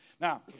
Now